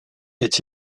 est